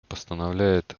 постановляет